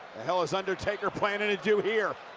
the hell is undertaker planning to do here?